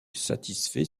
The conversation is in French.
satisfait